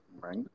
Right